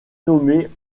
nommée